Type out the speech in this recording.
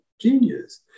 genius